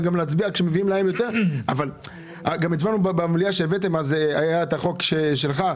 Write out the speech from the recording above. גם הצבענו במליאה עת היה החוק שלך.